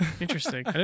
interesting